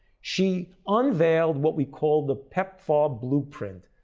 she unveiled what we called the pepfar blueprint.